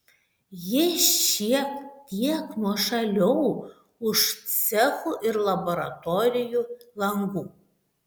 jie šiek tiek nuošaliau už cechų ir laboratorijų langų